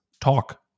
talk